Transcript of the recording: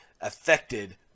affected